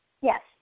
Yes